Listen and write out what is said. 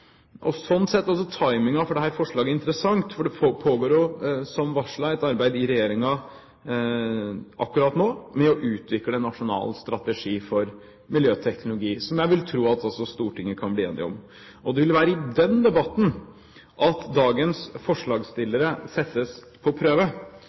miljøteknologi. Sånn sett er timingen for dette forslaget interessant, for det pågår som varslet et arbeid i regjeringen akkurat nå med å utvikle en nasjonal strategi for miljøteknologi, som jeg vil tro at man også i Stortinget kan bli enig om. Det vil være i den debatten at dagens